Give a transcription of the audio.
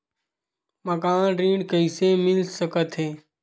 मकान ऋण कइसे मिल सकथे?